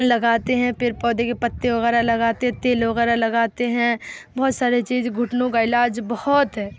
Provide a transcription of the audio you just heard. لگاتے ہیں پھر پودے کے پتے وغیرہ لگاتے تیل وغیرہ لگاتے ہیں بہت سارے چیز گھٹنوں کا علاج بہت ہے